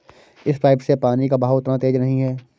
इस पाइप से पानी का बहाव उतना तेज नही है